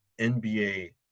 NBA